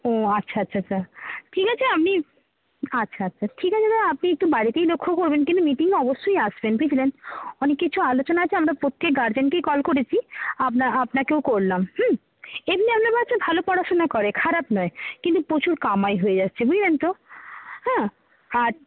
ও আচ্ছা আচ্ছা আচ্ছা ঠিক আছে আমি আচ্ছা আচ্ছা ঠিক আছে আপনি একটু বাড়িতেই লক্ষ্য করবেন কিন্তু মিটিংয়ে অবশ্যই আসবেন বুঝলেন অনেক কিছু আলোচনা আছে আমরা প্রত্যেক গার্জেনকেই কল করেছি আপনাকেও করলাম হুম এমনি আপনার বাচ্চা ভালো পড়াশোনা করে খারাপ নয় কিন্তু প্রচুর কামাই হয়ে যাচ্ছে বুঝলেন তো হ্যাঁ আর